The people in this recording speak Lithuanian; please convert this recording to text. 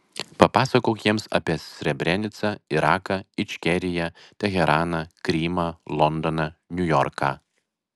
papasakok jiems apie srebrenicą iraką ičkeriją teheraną krymą londoną niujorką